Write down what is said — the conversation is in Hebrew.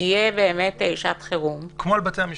תהיה באמת שעת חירום --- כמו על בתי המשפט,